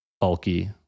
bulky